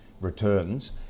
returns